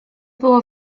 było